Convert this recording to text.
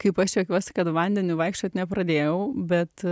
kaip aš juokiuosi kad vandeniu vaikščiot nepradėjau bet